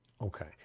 Okay